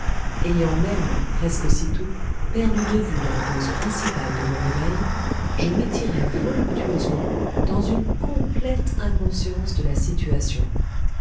ayant même presque aussitôt perdu de vue la cause principale de mon réveil je m'étirai voluptueusement dans une complète inconscience de la situation